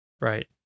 right